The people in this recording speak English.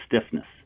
stiffness